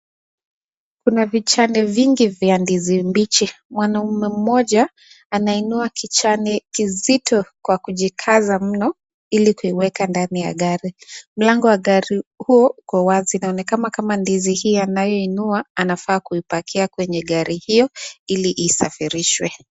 Kuna vichane vingi vya ndizi mbichi, mwanaume mmoja anainua kichane kizito kwa kujikaza mno kuiweka ndani ya gari, mlango wa gari huu iko wazi inaonekana kama ndizi hii anayoinua anafaa kuipakia kwenye gari hiyo ili isafirishwe.